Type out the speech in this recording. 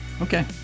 Okay